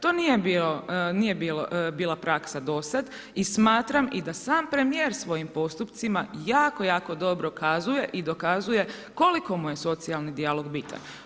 To nije bila praksa do sad i smatram i da sam premijer svojim postupcima jako, jako dobro kazuje i dokazuje koliko mu je socijalni dijalog bitan.